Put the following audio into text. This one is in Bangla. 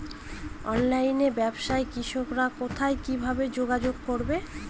অনলাইনে ব্যবসায় কৃষকরা কোথায় কিভাবে যোগাযোগ করবে?